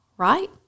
right